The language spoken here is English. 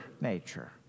nature